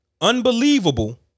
unbelievable